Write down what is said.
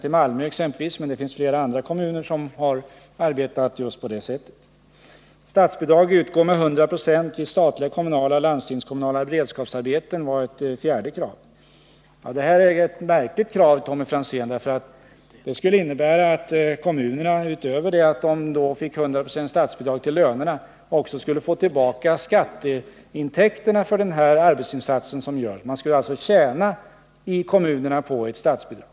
Jag kan hänvisa exempelvis till Malmö kommun, men också många andra kommuner arbetar just på det här sättet. Ett fjärde krav gäller att statsbidrag till lönekostnader skall utgå med 100 96 vad gäller statliga, kommunala och landstingskommunala beredskapsarbeten. Det är ett märkligt krav, Tommy Franzén. En sådan åtgärd skulle innebära att kommunerna utöver att de finge statsbidrag med 100 96 till lönerna också skulle få tillbaka skatteintäkterna för den arbetsinsats som görs. Kommunerna skulle alltså tjäna på det här statsbidraget.